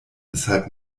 weshalb